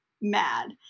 mad